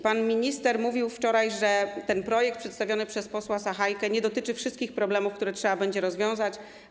Pan minister mówił wczoraj, że ten projekt przedstawiony przez posła Sachajkę nie dotyczy wszystkich problemów, które trzeba będzie rozwiązać.